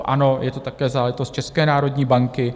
Ano, je to také záležitost České národní banky.